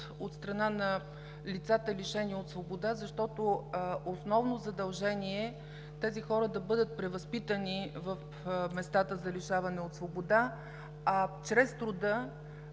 от страна на лицата, лишени от свобода, защото основно задължение е тези хора да бъдат превъзпитани в местата за лишаване от свобода, а чрез труда